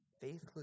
Faithless